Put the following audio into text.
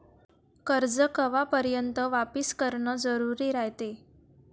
कर्ज कवापर्यंत वापिस करन जरुरी रायते?